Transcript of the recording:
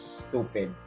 stupid